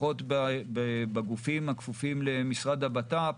לפחות בגופים הכפופים למשרד הבט"פ,